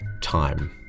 time